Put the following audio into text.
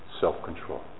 self-control